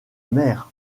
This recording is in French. mer